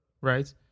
right